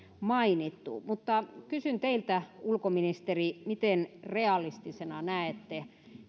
mainittu kysyn teiltä ulkoministeri miten realistisena näette